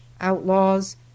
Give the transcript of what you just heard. outlaws